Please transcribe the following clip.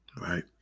right